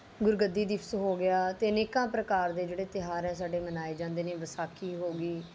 ਗੁਰਗੱਦੀ ਦਿਵਸ ਹੋ ਗਿਆ ਅਤੇ ਅਨੇਕਾਂ ਪ੍ਰਕਾਰ ਦੇ ਜਿਹੜੇ ਤਿਉਹਾਰ ਆ ਸਾਡੇ ਮਨਾਏ ਜਾਂਦੇ ਨੇ ਵਿਸਾਖੀ ਹੋ ਗਈ